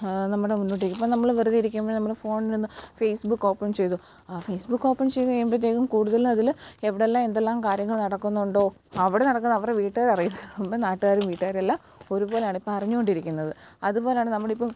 നമ്മുടെ മുന്നോട്ട് ഇപ്പം നമ്മൾ വെറുതേ ഇരിക്കുമ്പം നമ്മൾ ഫോണിൽ നിന്ന് ഫേസ് ബുക്ക് ഓപ്പൺ ചെയ്തു ആ ഫേസ് ബുക്ക് ഓപ്പൺ ചെയ്ത് കഴിയുമ്പോഴത്തേക്കും കൂടുതലതിൽ എവിടെല്ലാം എന്തെല്ലാം കാര്യങ്ങൾ നടക്കുന്നുണ്ടോ അവിടെ നടക്കുന്ന അവരുടെ വീട്ടുകാരറിയുന്നതിന് മുൻപേ നാട്ടുകാരും വീട്ടുകാരുവെല്ലാം ഒരുപോലാണിപ്പം അറിഞ്ഞോണ്ടിരിക്കുന്നത് അതുപോലാണ് നമ്മുടെയിപ്പം